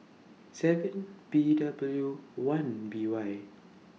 seven P W one B Y